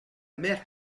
mère